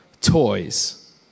toys